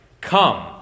Come